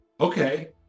Okay